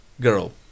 girl